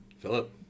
Philip